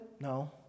No